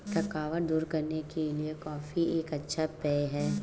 थकावट दूर करने के लिए कॉफी एक अच्छा पेय है